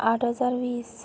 आठ हजार वीस